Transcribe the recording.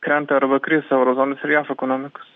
krenta arba kris euro zonos ir jav ekonomikos